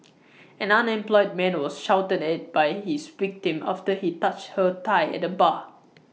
an unemployed man was shouted at by his victim after he touched her thigh at A bar